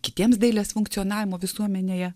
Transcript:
kitiems dailės funkcionavimo visuomenėje